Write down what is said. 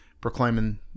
proclaiming